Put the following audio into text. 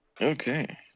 Okay